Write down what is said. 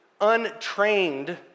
untrained